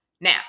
Now